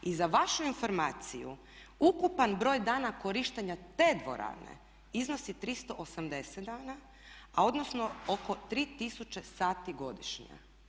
I za vašu informaciju ukupan broj dana korištenja te dvorane iznosi 380 dana a odnosno oko 3000 sati godišnje.